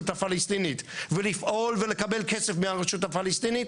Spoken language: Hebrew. הפלסטינית ולפעול ולקבל כסף מהרשות הפלסטינית,